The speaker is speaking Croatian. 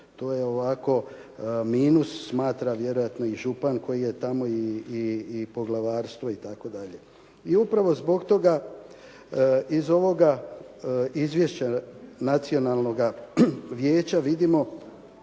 to je ovako minus, smatra vjerojatno i župan koji je tamo i poglavarstvo itd. I upravo zbog toga, iz ovoga izvješća Nacionalnoga vijeća vidimo